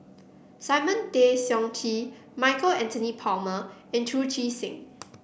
Simon Tay Seong Chee Michael Anthony Palmer and Chu Chee Seng